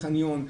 בחניון,